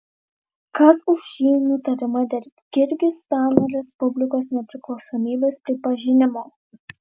kas už šį nutarimą dėl kirgizstano respublikos nepriklausomybės pripažinimo